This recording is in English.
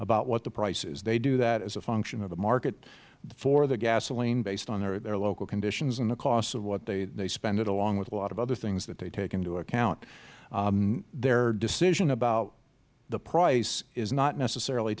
about what the price is they do that as a function of the market for the gasoline based on their local conditions and the costs of what they spend it along with a lot of other things that they take into account their decision about the price is not necessarily